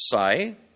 say